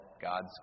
God's